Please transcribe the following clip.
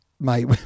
Mate